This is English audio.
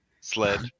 sled